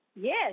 Yes